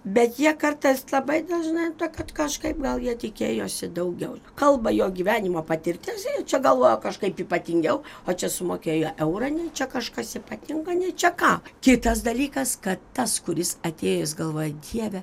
bet jie kartais labai dažnai tok kad kažkaip gal jie tikėjosi daugiau kalba jo gyvenimo patirtis čia galvojo kažkaip ypatingiau o čia sumokėjo eurą nei čia kažkas ypatinga nei čia ką kitas dalykas kad tas kuris atėjo jis galvoja dieve